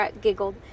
giggled